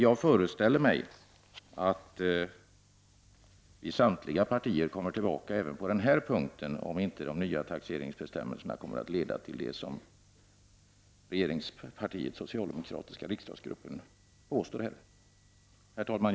Jag föreställer mig att samtliga partier kommer tillbaka även på denna punkt om inte de nya taxeringsbestämmelserna leder till det som regeringspartiet och socialdemokratiska riksdagsgruppen påstår här. Herr talman!